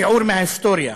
שיעור מההיסטוריה,